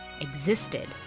existed